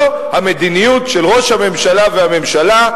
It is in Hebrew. זה המדיניות של ראש הממשלה והממשלה,